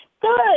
Good